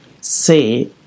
say